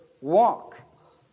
walk